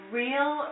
real